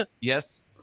yes